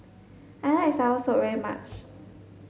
I like Soursop very much